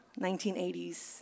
1980s